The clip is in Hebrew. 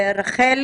רחלי